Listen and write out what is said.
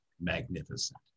magnificent